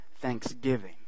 thanksgiving